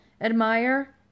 admire